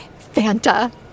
Fanta